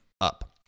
up